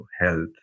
health